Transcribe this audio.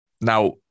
Now